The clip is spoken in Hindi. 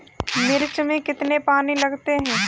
मिर्च में कितने पानी लगते हैं?